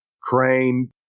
Crane